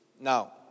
now